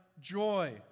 joy